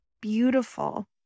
beautiful